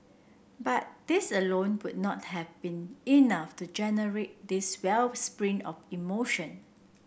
but these alone would not have been enough to generate this wellspring of emotion